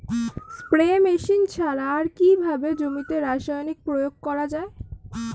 Spray machine ছাড়া আর কিভাবে জমিতে রাসায়নিক প্রয়োগ করা যায়?